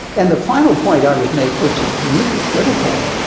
and the final point i would make, which is really critical,